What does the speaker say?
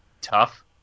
tough